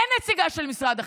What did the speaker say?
אין נציגה של משרד החינוך.